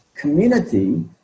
community